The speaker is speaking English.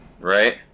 Right